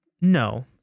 No